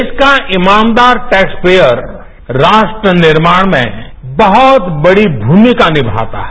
देश का ईमानदार टैक्स पेयर राष्ट्र निर्माण में बहुत बड़ी भूमिका निमाता है